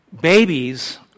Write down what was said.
babies